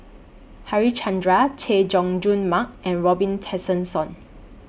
Harichandra Chay Jung Jun Mark and Robin Tessensohn